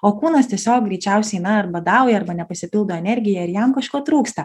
o kūnas tiesiog greičiausiai na ar badauja arba nepasipildo energija ir jam kažko trūksta